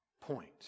point